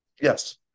Yes